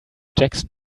jackson